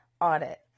Audit